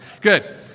Good